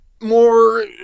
more